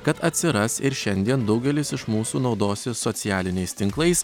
kad atsiras ir šiandien daugelis iš mūsų naudosis socialiniais tinklais